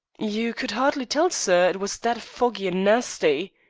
you could ardly tell, sir it was that foggy and nasty.